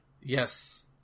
Yes